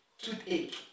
toothache